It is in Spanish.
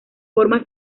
forma